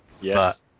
Yes